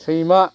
सैमा